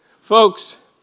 Folks